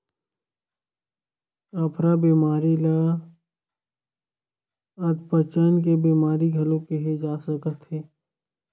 अफरा बेमारी ल अधपचन के बेमारी घलो केहे जा सकत हे